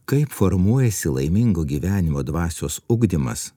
kaip formuojasi laimingo gyvenimo dvasios ugdymas